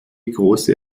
große